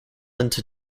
into